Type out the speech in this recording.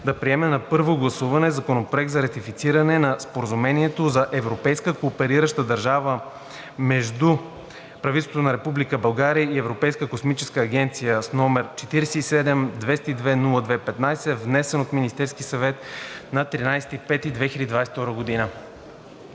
да приеме на първо гласуване Законопроект за ратифициране на Споразумението за европейска кооперираща държава между правителството на Република България и Европейската космическа агенция, № 47-202-02-15, внесен от Министерския съвет на 13 май 2022 г.“